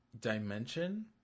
dimension